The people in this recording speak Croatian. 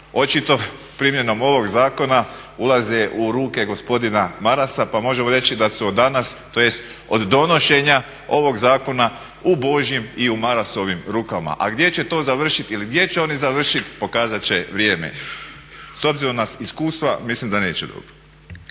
očito primjenom ovog zakona ulaze u ruke gospodina Marasa pa možemo reći da su od danas, tj. od donošenja ovoga zakona u božjim i u Marasovim rukama. A gdje će to završiti ili gdje će oni završiti pokazati će vrijeme. S obzirom na iskustva mislim da neće dobro.